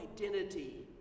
identity